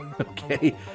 okay